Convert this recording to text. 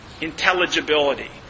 Intelligibility